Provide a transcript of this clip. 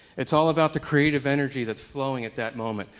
it's all about the creative energy that's flowing at that moment.